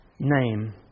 name